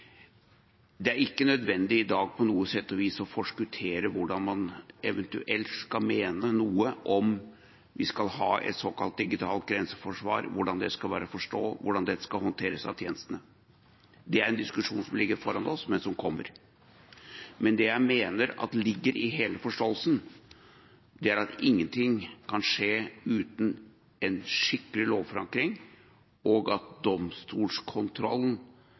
Det er ikke nødvendig i dag på noe sett og vis å forskuttere hva man eventuelt skal mene om hvorvidt vi skal ha et såkalt digitalt grenseforsvar, hvordan det skal være å forstå, hvordan dette skal håndteres av tjenestene. Det er en diskusjon som ligger foran oss, men som kommer. Men det jeg mener ligger i hele forståelsen, er at ingenting kan skje uten en skikkelig lovforankring, og at domstolskontrollen